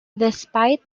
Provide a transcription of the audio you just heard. despite